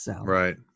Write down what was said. Right